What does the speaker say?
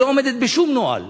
היא לא עומדת בשום נוהל.